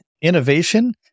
innovation